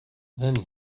then